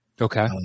Okay